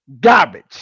garbage